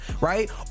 Right